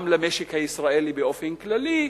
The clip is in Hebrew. גם למשק הישראלי באופן כללי,